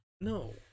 No